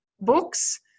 books